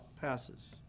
passes